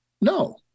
No